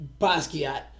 Basquiat